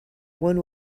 one